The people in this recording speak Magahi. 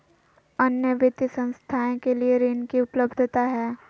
अन्य वित्तीय संस्थाएं के लिए ऋण की उपलब्धता है?